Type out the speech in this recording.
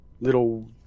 little